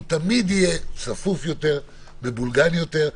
הוא תמיד יהיה צפוף ומבולגן יותר,